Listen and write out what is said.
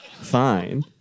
fine